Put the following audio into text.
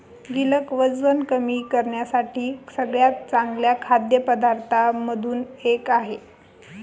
गिलक वजन कमी करण्यासाठी सगळ्यात चांगल्या खाद्य पदार्थांमधून एक आहे